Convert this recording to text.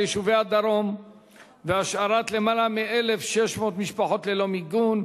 יישובי הדרום והשארת למעלה מ-1,600 משפחות ללא מיגון,